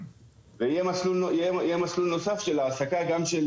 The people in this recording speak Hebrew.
יהיה מסלול נוסף של העסקה גם של